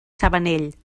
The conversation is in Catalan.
sabanell